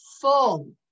full